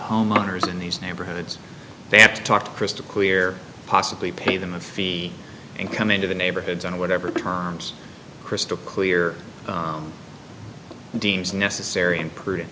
homeowners in these neighborhoods they have to talk crystal clear possibly pay them a fee and come into the neighborhoods and whatever terms crystal clear deems necessary impr